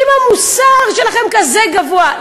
אם המוסר שלכם כזה גבוה,